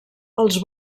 els